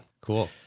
cool